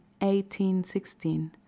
1816